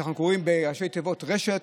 שאנחנו קוראים לו בראשי תיבות רש"ת,